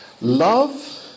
love